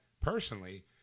personally